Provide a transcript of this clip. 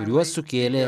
kuriuos sukėlė